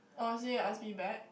honestly you ask me back